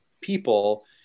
people